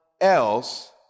else